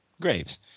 Graves